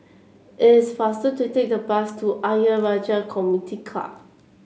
it's faster to take the bus to Ayer Rajah Community Club